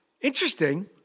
Interesting